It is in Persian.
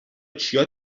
چیا